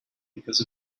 because